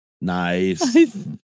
Nice